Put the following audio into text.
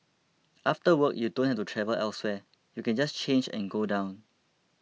after work you don't have to travel elsewhere you can just change and go down